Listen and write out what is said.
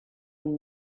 and